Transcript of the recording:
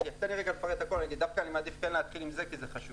אני מעדיף להתחיל דווקא עם זה כי זה חשוב,